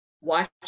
watch